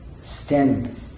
stand